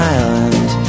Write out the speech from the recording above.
Island